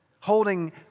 holding